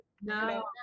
no